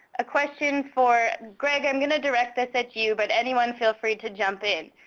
a question for greg, i'm going to direct this at you, but anyone feel free to jump in.